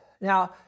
Now